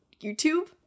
YouTube